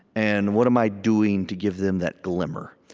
and what am i doing to give them that glimmer?